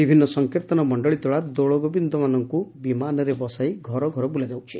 ବିଭିନ୍ନ ସଂକୀର୍ଭନ ମଣ୍ଣଳୀ ଦ୍ୱାରା ଦୋଳଗୋବିନ୍ଦଙ୍କୁ ବିମାନରେ ବସାଇ ଘର ଘର ବୁଲାଯାଉଛି